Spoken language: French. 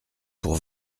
pour